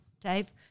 Dave